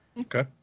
Okay